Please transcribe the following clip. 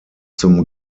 zum